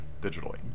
digitally